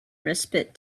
respite